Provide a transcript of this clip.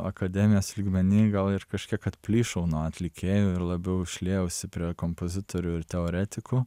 akademijos lygmeny gal ir kažkiek atplyšau nuo atlikėjų ir labiau šliejausi prie kompozitorių ir teoretikų